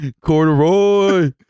Corduroy